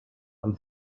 and